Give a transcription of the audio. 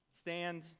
stand